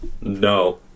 No